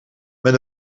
met